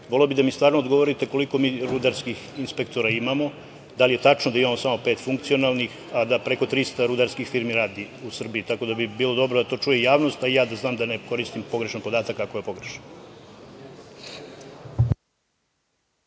voleo bih da mi stvarno odgovorite koliko mi rudarskih inspektora imamo? Da li je tačno da imamo samo pet funkcionalnih, a da preko 300 rudarskih firmi radi u Srbiji? Bilo bi dobro da čuje i javnost, a i ja da znam da ne koristim pogrešan podatak, ako je pogrešan.